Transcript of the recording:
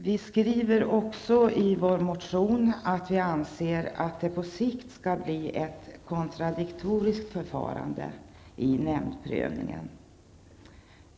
Vi skriver också i vår motion att vi anser att det på sikt bör bli ett kontradiktoriskt förfarande vid nämndsprövningen.